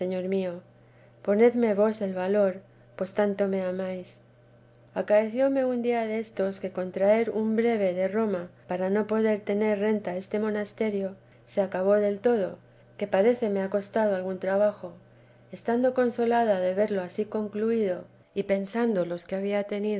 señor mío ponedme vos el valor pues tanto me amáis acaecióme un día destos que con traer un breve de roma para no poder tener renta este monasterio se acabó del todo que paréceme ha costado algún trabajo estando consolada de verlo ansí concluido y pensando los que había tenido